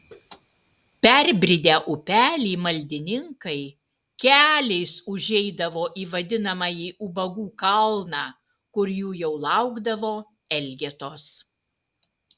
perbridę upelį maldininkai keliais užeidavo į vadinamąjį ubagų kalną kur jų jau laukdavo elgetos